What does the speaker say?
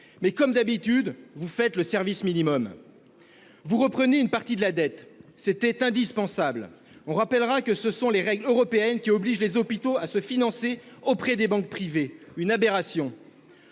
mais comme d'habitude, vous faites le service minimum ! Vous reprenez une partie de la dette ; c'était indispensable. On rappellera que ce sont les règles européennes qui obligent les hôpitaux à se financer auprès des banques privées : une aberration